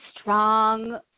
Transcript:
strong